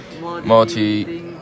multi